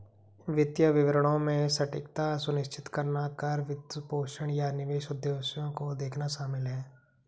वित्तीय विवरणों में सटीकता सुनिश्चित करना कर, वित्तपोषण, या निवेश उद्देश्यों को देखना शामिल हैं